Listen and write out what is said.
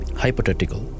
hypothetical